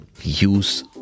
use